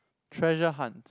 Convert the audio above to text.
treasure hunt